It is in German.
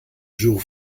jour